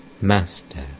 Master